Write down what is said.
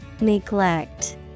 Neglect